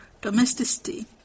domesticity